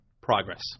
progress